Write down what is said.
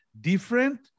different